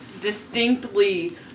distinctly